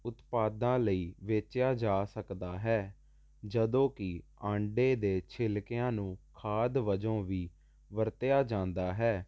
ਉਤਪਾਦਾਂ ਲਈ ਵੇਚਿਆਂ ਜਾ ਸਕਦਾ ਹੈ ਜਦੋਂ ਕਿ ਆਂਡੇ ਦੇ ਛਿਲਕਿਆਂ ਨੂੰ ਖਾਦ ਵਜੋਂ ਵੀ ਵਰਤਿਆ ਜਾਂਦਾ ਹੈ